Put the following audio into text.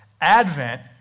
Advent